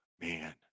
man